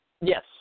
Yes